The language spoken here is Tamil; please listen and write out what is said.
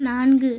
நான்கு